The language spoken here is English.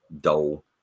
dull